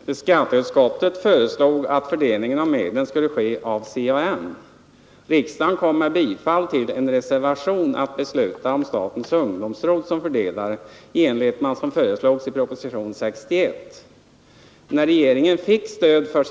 Herr talman! Skatteutskottet föreslog att fördelningen av medlen skulle göras av CAN. Riksdagen kom att, med bifall till en reservation, besluta att statens ungdomsråd skulle vara fördelare i enlighet med vad som föreslogs i propositionen 61. Torsdagen den När regeringen fick stöd för